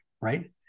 right